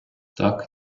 так